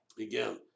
Again